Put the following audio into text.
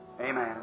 Amen